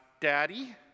Daddy